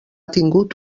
tingut